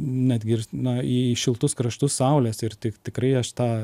netgi ir na į šiltus kraštus saulės ir tik tikrai aš tą